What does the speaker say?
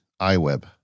iWeb